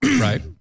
Right